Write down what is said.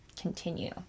continue